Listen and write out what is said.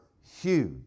huge